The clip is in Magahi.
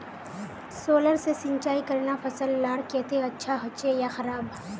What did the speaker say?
सोलर से सिंचाई करना फसल लार केते अच्छा होचे या खराब?